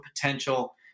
potential